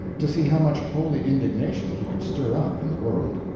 to see how much holy indignation he could stir up in the world.